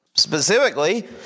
Specifically